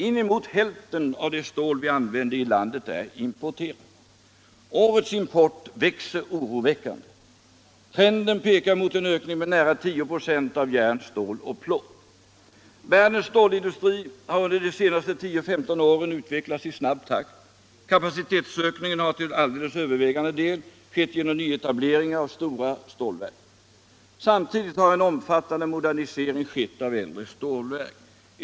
Inemot hälften av det stål vi använder i landet är importerat. Årets import växer oroväckande. Trenden pekar mot en ökning med nära 10 ö av järn, stål och plåt. Världens stålindustri har under de senaste tio femton åren utvecklats i snabb takt. Kapacitetsökningen har till alldeles övervägande del skett genom nyetableringar av stora stålverk. Samtidigt har en omfattande modernisering skett av äldre stålverk.